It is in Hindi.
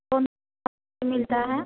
कौन मिलता है